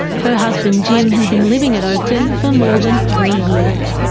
her husband jim has been living at oakden for more than three years.